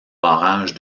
barrage